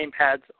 gamepads